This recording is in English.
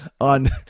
on